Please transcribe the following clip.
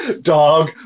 Dog